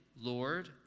Lord